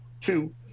two